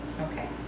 Okay